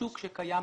שוק שקיים,